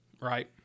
right